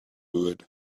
would